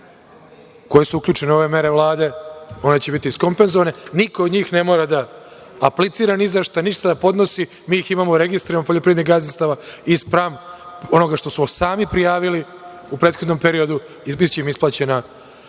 koje su uključene u ove mere Vlade, one će biti iskompenzovane, niko od njih ne mora aplicira ni za šta, ništa da podnosi, njih imamo registrovano, tih poljoprivrednih gazdinstava i spram onoga što su sami prijavili u prethodnom periodu, biće im isplaćena